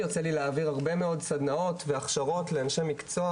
יוצא לי להעביר הרבה מאוד סדנאות והכשרות לאנשי מקצוע